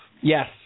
Yes